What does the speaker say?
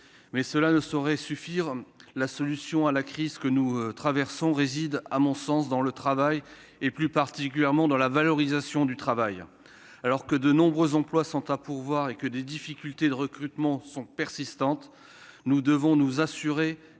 cela ne saurait suffire. La solution à la crise que nous traversons réside, à mon sens, dans le travail, plus particulièrement dans sa valorisation. Alors que de nombreux emplois sont à pourvoir et que les difficultés de recrutement persistent, nous devons nous assurer